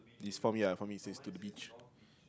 it's for me yeah for me says to the beach